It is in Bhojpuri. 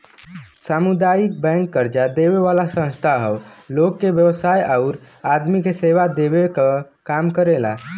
सामुदायिक बैंक कर्जा देवे वाला संस्था हौ लोग के व्यवसाय आउर आदमी के सेवा देवे क काम करेला